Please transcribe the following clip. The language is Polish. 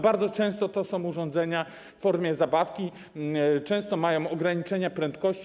Bardzo często to są urządzenia w formie zabawki, często mają ograniczenie prędkości.